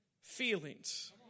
feelings